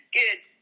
good